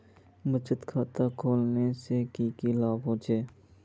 बचत खाता खोलने से की की लाभ होचे?